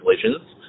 collisions